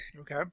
Okay